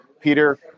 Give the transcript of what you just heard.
Peter